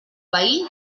veí